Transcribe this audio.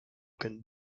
can